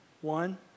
One